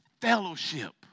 fellowship